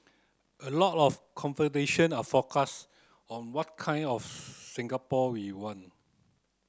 a lot of conversation are focused on what kind of Singapore we want